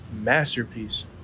Masterpiece